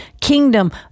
kingdom